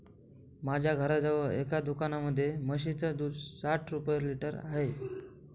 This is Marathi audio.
माझ्या घराजवळ एका दुकानामध्ये म्हशीचं दूध साठ रुपये लिटर आहे